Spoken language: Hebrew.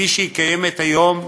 כפי שהיא קיימת כיום,